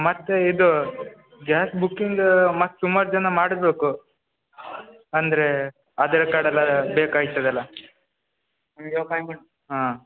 ಮತ್ತು ಇದು gas booking ಮತ್ತು ಸುಮಾರು ಜನ ಮಾಡಬೇಕು ಅಂದರೆ ಆಧಾರ್ ಕಾರ್ಡೆಲ್ಲ ಬೇಕಾಯ್ತದಲ್ಲ ಹಾಂ